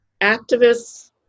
activists